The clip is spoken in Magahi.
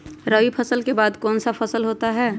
रवि फसल के बाद कौन सा फसल होता है?